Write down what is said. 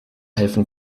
helfen